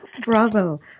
Bravo